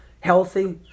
healthy